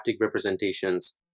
representations